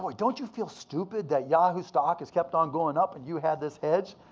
but don't you feel stupid? that yahoo! stock has kept on going up and you had this hedged.